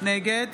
נגד